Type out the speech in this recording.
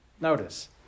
Notice